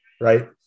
right